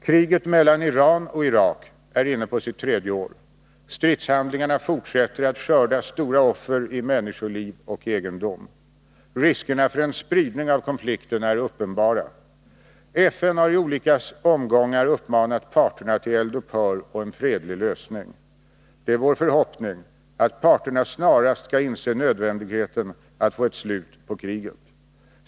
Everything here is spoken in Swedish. Kriget mellan Iran och Irak är inne på sitt tredje år. Stridshandlingarna fortsätter att skörda stora offer i människoliv och egendom. Riskerna för en spridning av konflikten är uppenbara. FN har i olika omgångar uppmanat parterna till eld upphör och en fredlig lösning. Det är vår förhoppning att parterna snarast skall inse nödvändigheten att få ett slut på kriget.